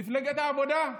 מפלגת העבודה,